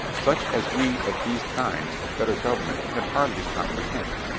such as we of these times of better government can hardly comprehend.